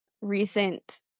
recent